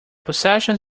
possession